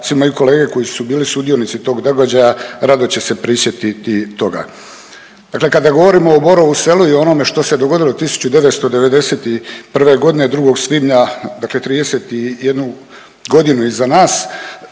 svi moji kolege koji su bili sudionici tog događaja rado će se prisjetiti toga. Dakle, kada govorimo o Borovu Selu i onome što se dogodilo 1991. godine 2. svibnja, dakle 31 godinu iza nas